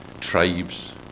tribes